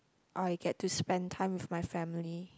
I get to spend time with my family